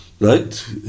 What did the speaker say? right